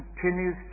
continues